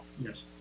yes